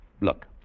Look